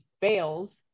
fails